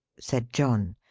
said john.